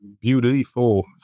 beautiful